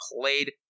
played